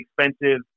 expensive